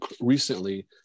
recently